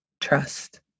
trust